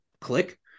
click